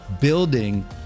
building